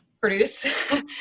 produce